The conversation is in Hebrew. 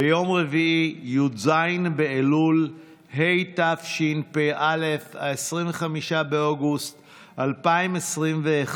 ביום רביעי, י"ז באלול התשפ"א, 25 באוגוסט 2021,